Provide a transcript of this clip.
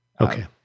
Okay